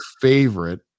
favorite